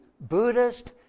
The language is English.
Buddhist